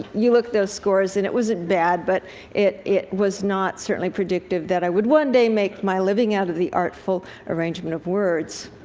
you look at those scores, and it wasn't bad, but it it was not certainly predictive that i would one day make my living out of the artful arrangement of words.